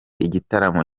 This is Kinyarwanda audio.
igitaramo